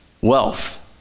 wealth